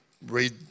Read